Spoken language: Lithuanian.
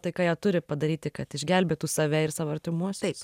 tai ką jie turi padaryti kad išgelbėtų save ir savo artimuosius